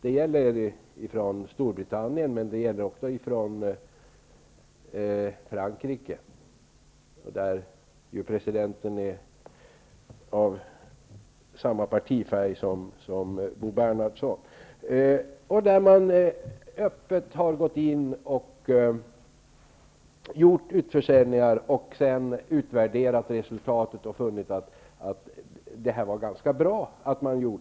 Som exempel kan nämnas Storbritannien och också Frankrike, där ju presidenten är av samma partifärg som Bo Bernhardsson. Man har öppet gjort utförsäljningar och sedan utvärderat resultatet, som visar att det var ganska bra att göra så här.